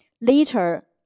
Later